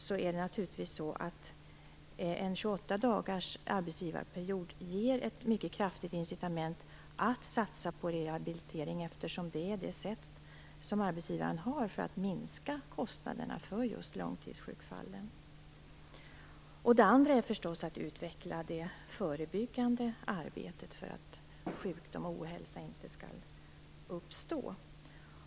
Däremot ger naturligtvis en 28 dagars arbetsgivarperiod ett mycket kraftigt incitament att satsa på rehabilitering, eftersom det är det sätt arbetsgivaren har för att minska kostnaderna för just långtidsjukfallen. För det andra gäller det att utveckla det förebyggande arbetet för att sjukdom och ohälsa inte skall uppstå.